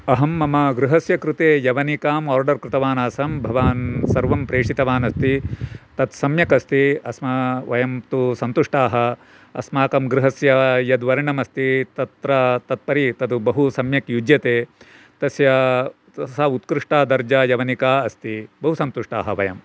अहं मम गृहस्य कृते यवनिकां आर्डर् कृतवानासं भवान् सर्वं प्रेषितवानस्ति तत् सम्यक् अस्ति अस्म वयं तु सन्तुष्टाः अस्माकं गृहस्य यद्वर्णमस्ति तत्र तत्परि तद्बहु सम्यक् युज्यते तस्य तथा उत्कुष्टा दर्जा यवनिका अस्ति बहु सन्तुष्टाः वयम्